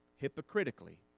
hypocritically